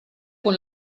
con